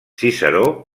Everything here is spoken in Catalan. ciceró